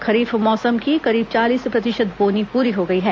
खरीफ मौसम की करीब चालीस प्रतिशत बोनी पूरी हो गई है